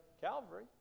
Calvary